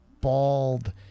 bald